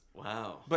Wow